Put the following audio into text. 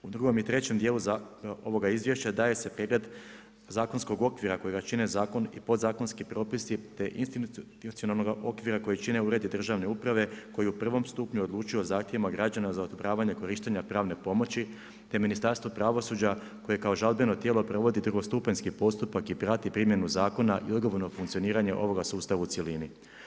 U drugom i trećem dijelu ovoga izvješća daje se pregled zakonskog okvira kojega čine zakon i podzakonski propisi te institucionalnoga okvira kojega čine uredi državne uprave koji u prvom stupnju odlučuju o zahtjevima građana za odobravanje korištenja pravne pomoći te Ministarstvo pravosuđa koje kao žalbeno tijelo provodi drugostupanjski postupak i prati primjenu zakona i odgovorno funkcioniranje ovoga sustava u cjelini.